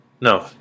No